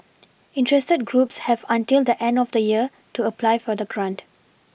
interested groups have until the end of the year to apply for the grant